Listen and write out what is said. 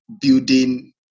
building